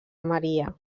maria